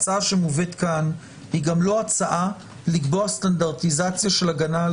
ההצעה שמובאת פה גם לא הצעה לקבוע סטנדרטיזציה של הגנה על